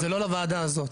זה לא לוועדה הזאת.